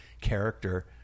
character